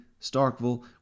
Starkville